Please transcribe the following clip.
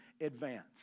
advance